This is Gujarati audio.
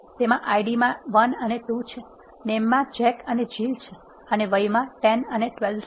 તેમાં Id માં 1 અને 2 છે નેમ માં જેક અને જીલ છે અને વય માં 10 અને 12 છે